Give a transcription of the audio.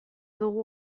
dugu